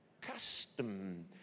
Custom